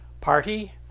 party